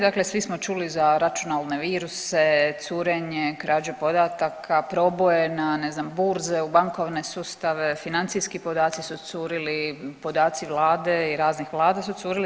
Dakle, svi smo čuli za računalne viruse, curenje, krađu podataka, proboje na ne z nam burze, u bankovne sustave, financijski podaci su curili, podaci Vlade i raznih Vlada su curili.